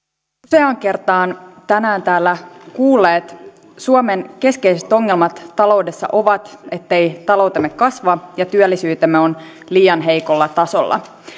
useaan kertaan tänään täällä kuulleet suomen keskeiset ongelmat taloudessa ovat ettei taloutemme kasva ja työllisyytemme on liian heikolla tasolla